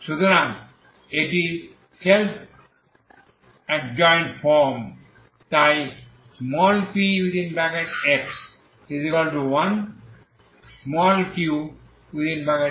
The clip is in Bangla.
সুতরাং এটি সেলফ এডজয়েন্ট আকারে